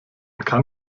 kann